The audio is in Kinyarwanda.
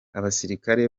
abasirikare